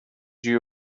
you